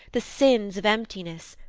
the sins of emptiness,